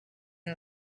and